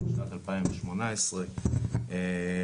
מסים עירוניים, שירותי